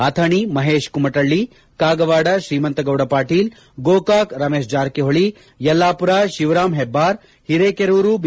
Athani Mahesh Kumathalli Kagwad Shrimant Gowda Patil Gokak Ramesh Jarkiholi Yellapur Shivaram Hebbar Hirekerur B